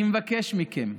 אני מבקש מכם: